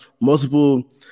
multiple